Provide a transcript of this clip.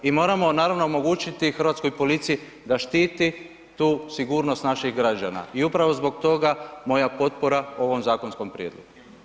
I moramo, naravno omogućiti hrvatskoj policiji da štiti tu sigurnost naših građana i upravo zbog toga, moja potpora ovom zakonskom prijedlogu.